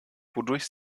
wodurch